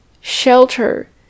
shelter